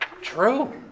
True